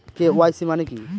KYC মানে কি?